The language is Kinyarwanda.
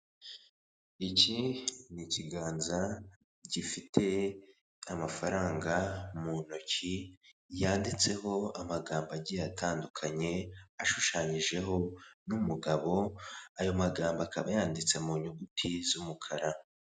Iki ni ikiganza gifite amafaranga mu ntoki yanditseho amagambo agiye atandukanye, ashushanyijeho n'umugabo ayo magambo akaba yanditse mu nyuguti z'umukara.